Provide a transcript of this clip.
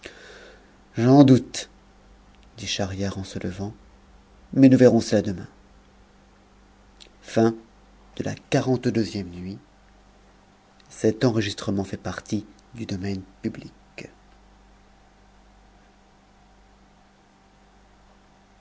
présent j'en doute dit schahriar en se levant mais nous verrons cela demain xliii nuit